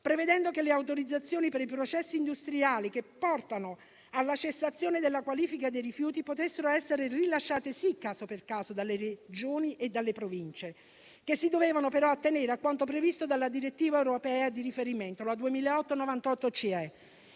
prevedendo che le autorizzazioni per i processi industriali che portano alla cessazione della qualifica di rifiuto potessero essere rilasciate caso per caso dalle Regioni e dalle Province, che si dovevano però attenere a quanto previsto dalla direttiva europea di riferimento (la direttiva CE